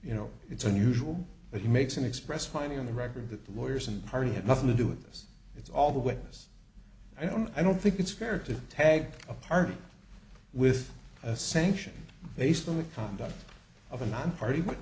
you know it's unusual but he makes an express finding on the record that the lawyers and party have nothing to do with this it's all the witness i don't i don't think it's fair to tag a party with a sanction based on the conduct of a nonparty wit